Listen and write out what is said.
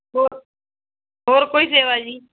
ਹੋਰ ਹੋਰ ਕੋਈ ਸੇਵਾ ਜੀ